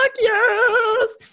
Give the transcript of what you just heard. yes